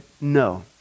no